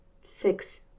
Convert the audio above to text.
six